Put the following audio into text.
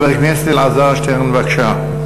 חבר הכנסת אלעזר שטרן, בבקשה.